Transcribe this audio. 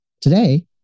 Today